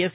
S